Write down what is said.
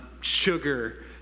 sugar